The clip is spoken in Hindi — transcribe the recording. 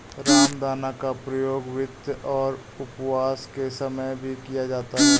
रामदाना का प्रयोग व्रत और उपवास के समय भी किया जाता है